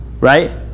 right